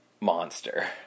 monster